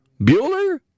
Bueller